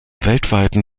weltweiten